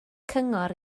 cyngor